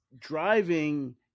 driving